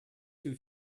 two